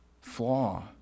flaw